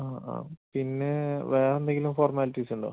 ആ ആ പിന്നെ വേറെയെന്തെങ്കിലും ഫോർമാലിറ്റീസുണ്ടോ